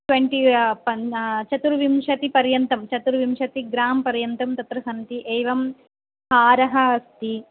twenty चतुर्विंशतिपर्यन्तं चतुर्वंशति gram पर्यन्तं तत्र सन्ति एवं हारः अस्ति